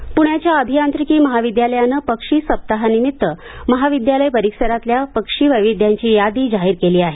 प्ण्याच्या अभियांत्रिकी महाविद्यालयानं पक्षी सप्ताहानिमित्त महाविद्यालय परिसरातल्या पक्षी वैविध्याची यादी जाहीर केली आहे